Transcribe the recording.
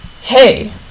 hey